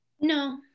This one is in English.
No